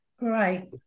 Right